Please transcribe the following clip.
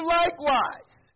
likewise